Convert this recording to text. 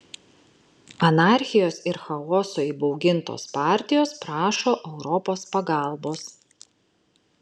anarchijos ir chaoso įbaugintos partijos prašo europos pagalbos